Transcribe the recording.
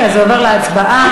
זה עובר להצבעה.